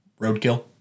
Roadkill